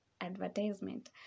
advertisement